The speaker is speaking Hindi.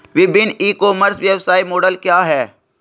विभिन्न ई कॉमर्स व्यवसाय मॉडल क्या हैं?